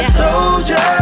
soldier